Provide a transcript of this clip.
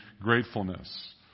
gratefulness